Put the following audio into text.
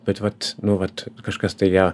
bet vat nu vat kažkas tai ją